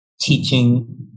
teaching